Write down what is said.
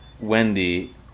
Wendy